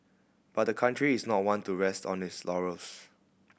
but the country is not one to rest on its laurels